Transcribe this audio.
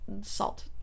salt